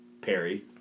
Perry